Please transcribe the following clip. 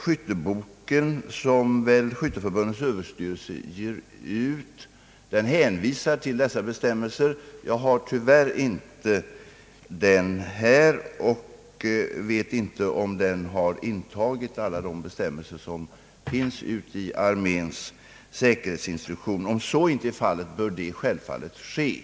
Skytteboken, som väl Skytteförbundets överstyrelse ger ut, hänvisar till dessa bestämmelser. Jag har den tyvärr inte här och vet inte om i den har intagits alla de bestämmelser som finns i arméns säkerhetsinstruktion. Om så icke är fallet bör de självfallet införas där.